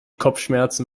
kopfschmerzen